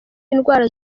indwara